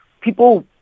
People